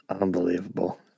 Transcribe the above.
Unbelievable